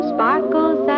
Sparkles